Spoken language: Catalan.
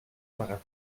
pagar